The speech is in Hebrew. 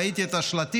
ראיתי את השלטים.